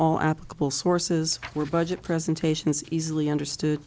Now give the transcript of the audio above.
all applicable sources were budget presentations easily understood